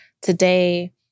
today